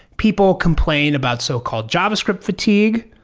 people complain about so-called javascript fatigue.